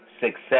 success